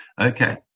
Okay